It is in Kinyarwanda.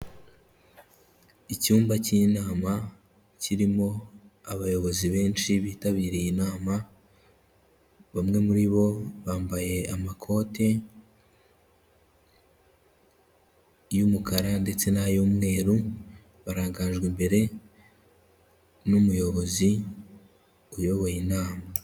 Icyumba k'inama kirimo abayobozi benshi bitabiriye inama, bamwe muri bo bambaye amakote y'umukara ndetse n'ay'umweru, barangajwe imbere n'umuyobozi uyoboye inama.